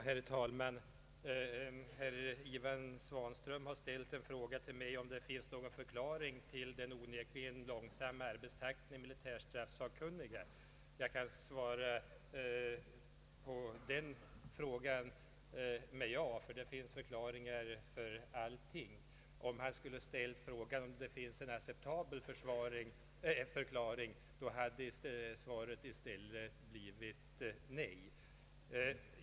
Herr talman! Herr Svanström har frågat mig om det finns någon förklaring till den onekligen långsamma arbetstakten hos militärstraffsakkunniga. Jag kan svara ja på den frågan, ty det finns förklaringar på allting. Om han skulle ha frågat mig om det finns en acceptabel förklaring, så hade mitt svar i stället blivit nej.